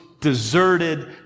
deserted